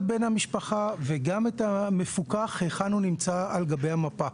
בן המשפחה וגם את המפוקח היכן הוא נמצא על גבי המפה.